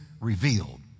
revealed